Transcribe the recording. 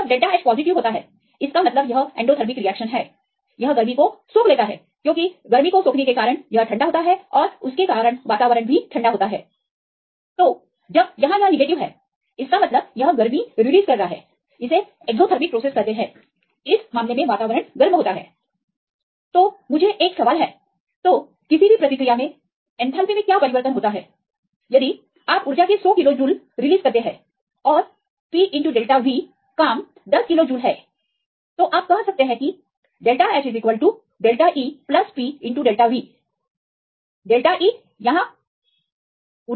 जब△H positive होता है इसका मतलब यह एंडॉथर्मिक रिएक्शन है यह गर्मी को सोख लेता है क्योंकि गर्मी को सोखने के कारण यह ठंडा होता है और उसके कारण वातावरण भी ठंडा होता है तो अब यहां यह निगेटिव है इसका मतलब यह गर्मी रिहा करने की क्रिया है जिसे एग्जॉथर्मिक क्रिया कहते हैं इस मामले में वातावरण गर्म होता है तो मुझे एक सवाल है तो किसी भी प्रतिक्रिया में एथैलेपी में क्या परिवर्तन होता है यदि आप ऊर्जा के सौ किलो जूल छोड़ते हैं और P△V काम दस किलो जूल है यहां क्या समाधान है आप कह सकते हैं कि △ H △E P△V △E के लिए क्या संकेत है क्योंकि यह छोड़ रहा है